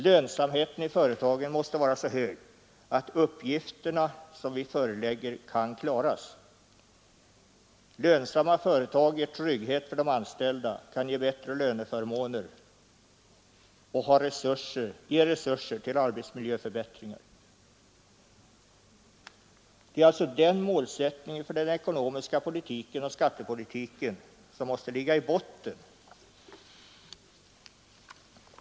Lönsamheten i företagen måste vara så hög att uppgifterna som vi förelägger kan klaras. Lönsamma företag ger trygghet för de anställda, kan ge bättre löneförmåner och har resurser till arbetsmiljöförbättringar. Det är alltså den målsättningen för den ekonomiska politiken och skattepolitiken som måste ligga i botten.